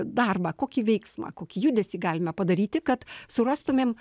darbą kokį veiksmą kokį judesį galime padaryti kad surastumėm